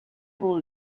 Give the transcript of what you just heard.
able